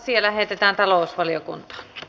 asia lähetettiin talousvaliokuntaan